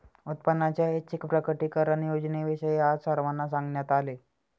उत्पन्नाच्या ऐच्छिक प्रकटीकरण योजनेविषयी आज सर्वांना सांगण्यात आले